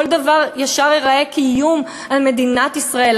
כל דבר ישר ייראה כאיום על מדינת ישראל,